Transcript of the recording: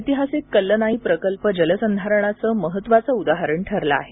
ऐतिहासिक कल्लनाई प्रकल्प जलसंधारणाचं महत्त्वाचं उदाहरण ठरला आहे